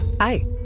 Hi